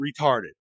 retarded